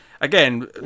again